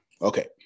Okay